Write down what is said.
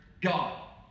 god